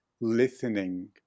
listening